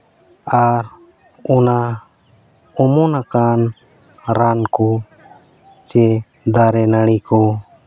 ᱟᱨ ᱚᱱᱟ ᱚᱢᱚᱱᱟᱠᱟᱱ ᱨᱟᱱ ᱠᱚ ᱪᱮ ᱫᱟᱨᱮᱼᱱᱟᱹᱲᱤ ᱠᱚ